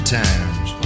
times